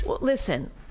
Listen